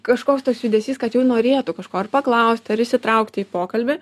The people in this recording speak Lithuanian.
kažkoks tas judesys kad jau norėtų kažko ar paklausti ar įsitraukti į pokalbį